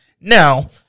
Now